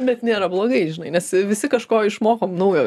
bet nėra blogai žinai nes visi kažko išmokom naujo